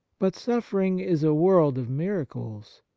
but suffering is a world of miracles.